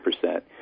percent